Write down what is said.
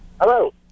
Hello